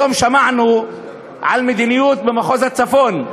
היום שמענו על מדיניות במחוז הצפון,